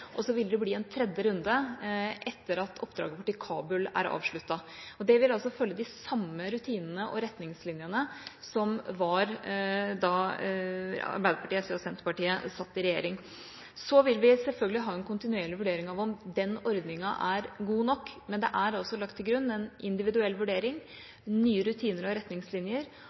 og så vil det bli en tredje runde etter at oppdraget vårt i Kabul er avsluttet. Dette vil følge de samme rutinene og retningslinjene som var da Arbeiderpartiet, SV og Senterpartiet satt i regjering. Så vil vi selvfølgelig ha en kontinuerlig vurdering av om den ordninga er god nok, men det er lagt til grunn en individuell vurdering, nye rutiner og retningslinjer,